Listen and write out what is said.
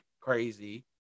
crazy